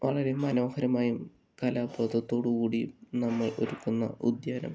വളരെ മനോഹരമായും കലാ ബോധത്തോട് കൂടിയും നമ്മൾ ഒരുക്കുന്ന ഉദ്യാനം